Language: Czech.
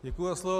Děkuji za slovo.